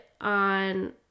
on